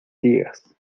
digas